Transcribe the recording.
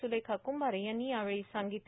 सुलेखा कुंभारे यांनी यावेळी सांगितलं